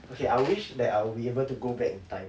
okay I wish that I will be able to go back in time